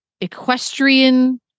equestrian